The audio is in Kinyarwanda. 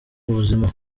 buzima